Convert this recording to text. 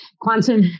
Quantum